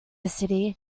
city